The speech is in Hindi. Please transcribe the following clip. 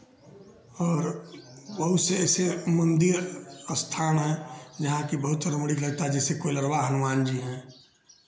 और बहुत से ऐसे मंदिर स्थान हैं जहाँ कि बहुत रमणिक लगता है जैसे कोइलार्वा हनुमान जी हैं